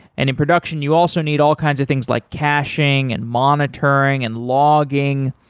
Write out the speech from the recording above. and in production, you also need all kinds of things like caching and monitoring and logging.